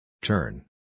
Turn